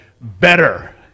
Better